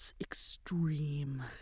extreme